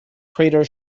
crater